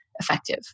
effective